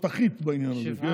תותחית בעניין זה, כן?